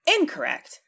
incorrect